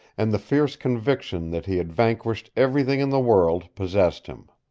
and the fierce conviction that he had vanquished everything in the world possessed him.